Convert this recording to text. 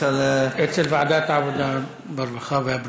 בוועדת העבודה, הרווחה והבריאות.